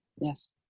yes